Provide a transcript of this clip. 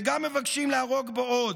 וגם מבקשים להרוג בו עוד.